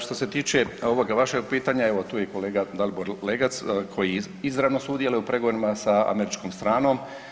Što se tiče ovoga vašeg pitanja evo tu je i kolega Dalibor Legac koji izravno sudjeluje u pregovorima sa američkom stranom.